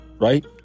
Right